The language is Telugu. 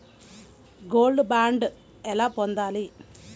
గోల్డ్ బాండ్ ఎలా పొందాలి?